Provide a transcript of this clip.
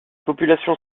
populations